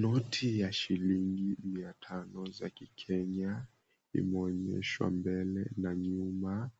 Noti ya shilingi mia tano za kikenya. Imeonyeshwa mbele na nyuma.